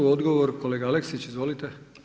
Odgovor kolega Aleksić, izvolite.